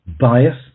bias